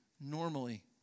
normally